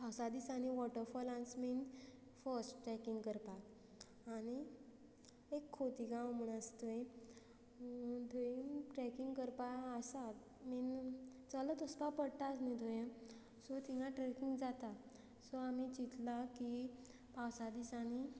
पावसा दिसांनी वॉटरफॉला बीन फस्ट ट्रॅकींग करपाक आनी एक खोतीगांव म्हूण आसा थंय थंय ट्रॅकिंग करपा आसात बीन चलत वसपा पडटाच न्ही थंय सो थिंगा ट्रॅकींग जाता सो आमी चिंतला की पावसा दिसांनी